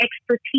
expertise